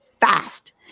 fast